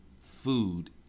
food